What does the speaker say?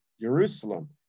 Jerusalem